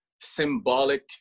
symbolic